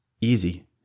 easy